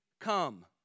come